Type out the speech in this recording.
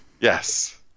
yes